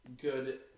good